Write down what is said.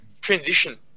Transition